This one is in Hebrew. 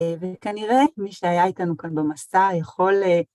וכנראה מי שהיה איתנו כאן במסע יכול...